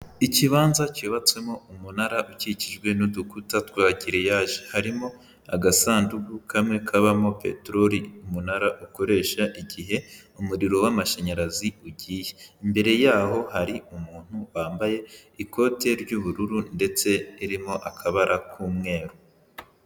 Ikibanza cyubatsemo umunara ukikijwe n'udukuta twa giriyaje, harimo agasanduku kamwe kabamo peterori umunara ukoresha igihe umuriro w'amashanyarazi ugiye, imbere yaho hari umuntu wambaye ikote ry'ubururu ndetse ririmo akabara k'umweru.